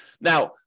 Now